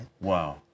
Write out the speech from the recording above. wow